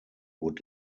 would